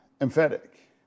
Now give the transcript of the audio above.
Emphatic